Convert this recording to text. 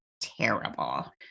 terrible